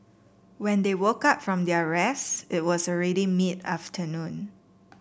when they woke up from their rest it was already mid afternoon